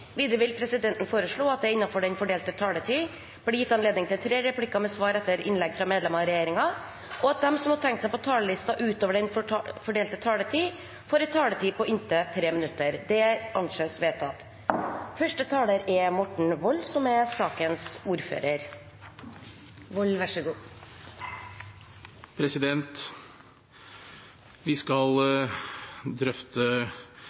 Videre vil presidenten foreslå at det – innenfor den fordelte taletid – blir gitt anledning til tre replikker med svar etter innlegg fra medlemmer av regjeringen, og at de som måtte tegne seg på talerlisten utover den fordelte taletid, får en taletid på inntil 3 minutter. – Det anses vedtatt. Vi skal drøfte